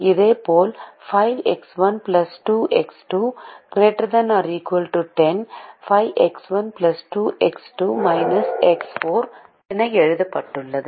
இதேபோல் 5X1 2X2 ≥ 10 5X1 2X2 X4 10 என எழுதப்பட்டுள்ளது